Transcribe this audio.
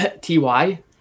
T-Y